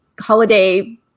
holiday